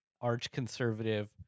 arch-conservative